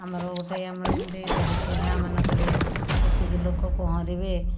ଆମର ଗୋଟିଏ ଆମର ଯେମିତି ରହିଛି ଗାଁମାନଙ୍କରେ ଏତିକି ଲୋକ ପହଁରିବେ